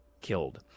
killed